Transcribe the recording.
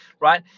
right